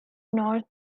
north